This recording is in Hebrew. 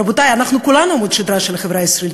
רבותי, אנחנו כולנו עמוד השדרה של החברה הישראלית.